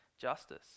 justice